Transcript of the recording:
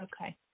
Okay